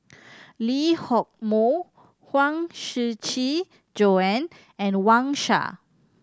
Lee Hock Moh Huang Shiqi Joan and Wang Sha